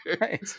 Right